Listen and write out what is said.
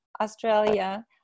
Australia